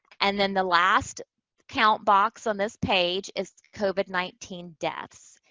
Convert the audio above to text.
and then the last count box on this page is covid nineteen deaths.